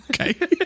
Okay